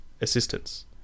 assistance